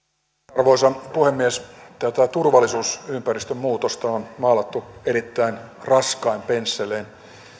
arvoisa puhemies tätä turvallisuusympäristön muutosta on on maalattu erittäin raskain pensselein